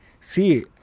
See